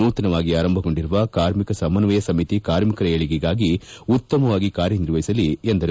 ನೂತನವಾಗಿ ಆರಂಭಗೊಂಡಿರುವ ಕಾರ್ಮಿಕ ಸಮನ್ನಯ ಸಮಿತಿ ಕಾರ್ಮಿಕರ ಏಳಿಗೆಗಾಗಿ ಉತ್ತಮವಾಗಿ ಕಾರ್ಯನಿರ್ವಹಿಸಲಿ ಎಂದರು